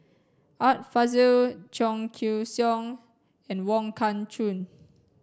Art Fazil Cheong Siew Keong and Wong Kah Chun